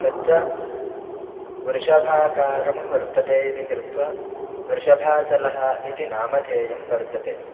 तच्च वृषभाकारं वर्तते इति कृत्वा वृषभाचलः इति नामधेयं वर्तते